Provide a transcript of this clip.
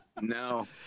No